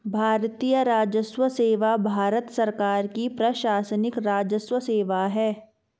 भारतीय राजस्व सेवा भारत सरकार की प्रशासनिक राजस्व सेवा है